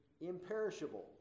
imperishable